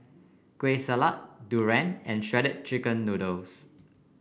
Kueh Salat Durian and Shredded Chicken Noodles